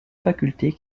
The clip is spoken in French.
facultés